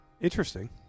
Interesting